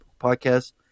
podcast